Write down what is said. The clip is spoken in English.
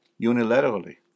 unilaterally